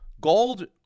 gold